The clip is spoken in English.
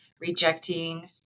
rejecting